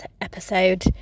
episode